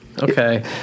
Okay